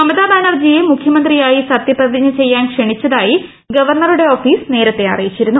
മമത ബാനർജിയെ മുഖ്യമന്ത്രിയായി സത്യപ്രതിജ്ഞ ചെയ്യാൻ ക്ഷണിച്ചതായി ഗവർണറുടെ ഓഫീസ് നേരത്തെ അറിയിച്ചിരുന്നു